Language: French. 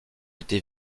été